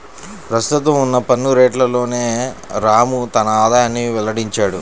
ప్రస్తుతం ఉన్న పన్ను రేట్లలోనే రాము తన ఆదాయాన్ని వెల్లడించాడు